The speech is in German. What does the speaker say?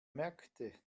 merkte